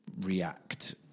react